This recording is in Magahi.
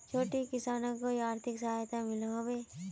छोटो किसानोक कोई आर्थिक सहायता मिलोहो होबे?